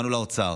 העברנו לאוצר,